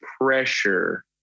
pressure